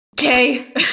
Okay